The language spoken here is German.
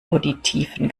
auditiven